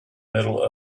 middle